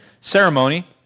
ceremony